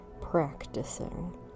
practicing